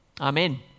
Amen